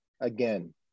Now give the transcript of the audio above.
Again